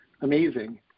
amazing